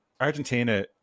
Argentina